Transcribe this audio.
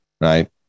right